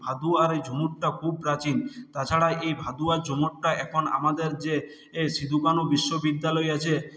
ভাদু আর এই ঝুমুরটা খুব প্রাচীন তাছাড়া এই ভাদু আর ঝুমুরটা এখন আমাদের যে এ সিধুকানু বিশ্ববিদ্যালয় আছে